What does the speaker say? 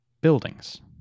buildings